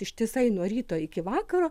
ištisai nuo ryto iki vakaro